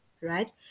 right